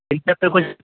ان سب پہ کچھ